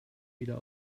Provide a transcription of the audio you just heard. wieder